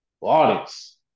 Audience